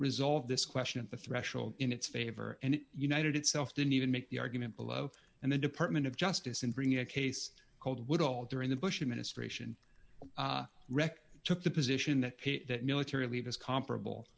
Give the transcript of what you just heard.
resolve this question at the threshold in its favor and united itself didn't even make the argument below and the department of justice in bringing a case called would all during the bush administration record took the position that military leave is comparable